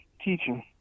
teaching